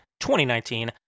2019